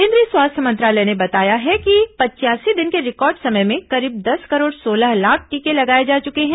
केंद्रीय स्वास्थ्य मंत्रालय ने बताया है कि पचयासी दिन के रिकॉर्ड समय में करीब दस करोड़ सोलह लाख टीके लगाए जा चुके हैं